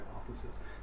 hypothesis